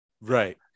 Right